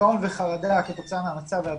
דיכאון וחרדה כתוצאה מהמצב והבדידות,